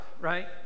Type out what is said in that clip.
right